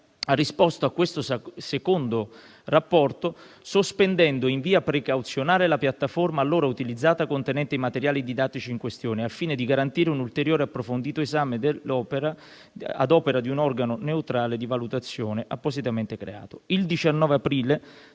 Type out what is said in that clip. ha risposto a questo secondo rapporto sospendendo in via precauzionale la piattaforma allora utilizzata, contenente i materiali didattici in questione al fine di garantire un ulteriore approfondito esame ad opera di un organo neutrale di valutazione, appositamente creato. Il 19 aprile,